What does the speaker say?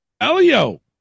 Elio